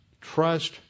trust